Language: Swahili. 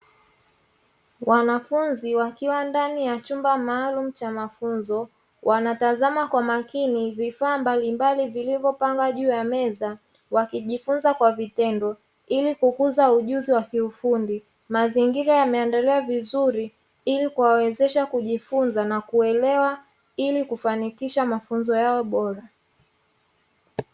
Wanafunzi wakiwa ndani ya chumba maalumu cha mafunzo. Wanatazama kwa makini vifaa mbalimbali vilivyopangwa juu ya meza wakijifunza kwa vitendo ili kukuza ujuzi wa kiufundi. Mazingira yameandaliwa vizuri ili kuwawezesha kujifunza na kuelewa, ili kufanikisha mafunzo yao bora.